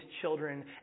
children